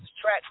track